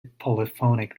polyphonic